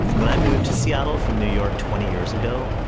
when i moved to seattle from new york twenty years ago,